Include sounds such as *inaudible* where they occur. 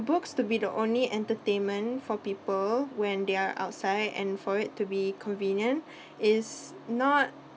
books to be the only entertainment for people when they're outside and for it to be convenient *breath* is not